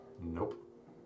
Nope